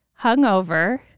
hungover